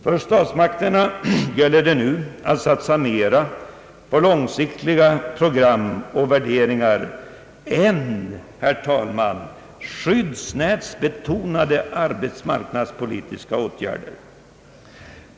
För statsmakterna gäller det nu att satsa mera på långsiktiga program och värderingar än, herr talman, på skyddsnätsbetonade arbetsmarknadspolitiska åtgärder.